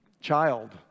child